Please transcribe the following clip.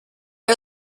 are